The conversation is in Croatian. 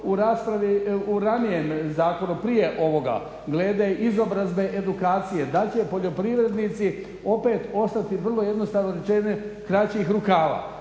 u ranijem prije ovoga glede izobrazbe edukacije da li će poljoprivrednici opet ostati vrlo jednostavno rečeno kraćih rukava.